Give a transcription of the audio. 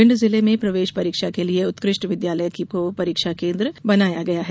भिंड जिले में प्रवेश परीक्षा के लिए उत्कृष्ट विद्यालय को परीक्षा केन्द्र बनाया गया है